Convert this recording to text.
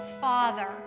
Father